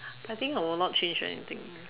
I think I will not change anything